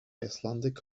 icelandic